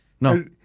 No